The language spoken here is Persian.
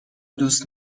دوست